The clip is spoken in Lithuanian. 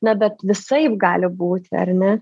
na bet visaip gali būti ar ne